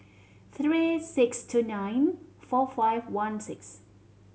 three six two nine four five one six